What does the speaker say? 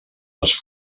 les